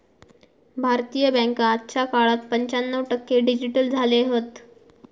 भारतीय बॅन्का आजच्या काळात पंच्याण्णव टक्के डिजिटल झाले हत